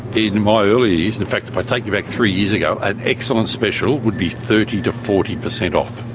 in my early years, in fact if i take you back three years ago, an excellent special would be thirty percent to forty percent off.